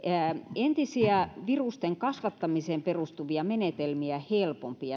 entisiä virusten kasvattamiseen perustuvia menetelmiä helpompi